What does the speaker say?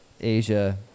Asia